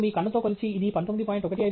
మీరు మీ కన్నుతో కొలిచి ఇది 19